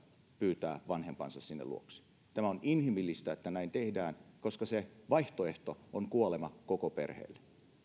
pyytää vanhempansa sinne luokseen on inhimillistä että näin tehdään koska vaihtoehto on kuolema koko perheelle